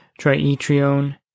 trietrione